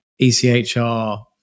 ECHR